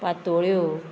पातोळ्यो